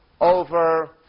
over